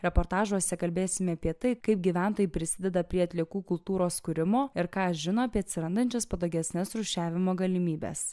reportažuose kalbėsime apie tai kaip gyventojai prisideda prie atliekų kultūros kūrimo ir ką žino apie atsirandančias patogesnes rūšiavimo galimybes